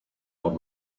old